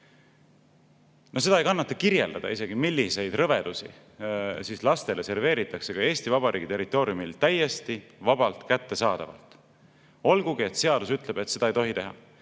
No seda ei kannata kirjeldada isegi, milliseid rõvedusi lastele serveeritakse, ka Eesti Vabariigi territooriumil täiesti vabalt kättesaadavalt, olgugi et seadus ütleb, et seda ei tohi teha.